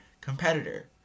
competitor